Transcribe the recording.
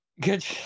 Good